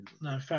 No